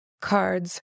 cards